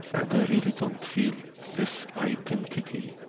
and i really don't feel this identity